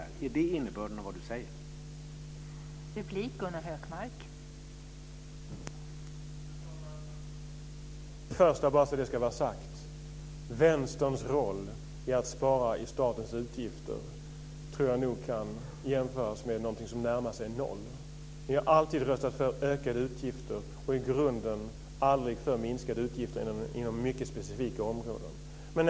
Är det innebörden av vad Gunnar Hökmark säger?